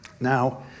Now